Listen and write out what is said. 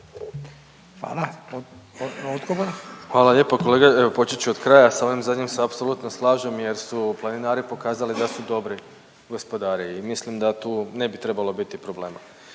Hvala lijepo. Kolega, evo počet ću od kraja. S ovim zadnjim se apsolutno slažem jer su planinari pokazali da su dobri gospodari i mislim da tu ne bi trebalo biti problema.